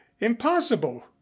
impossible